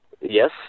Yes